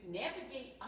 navigate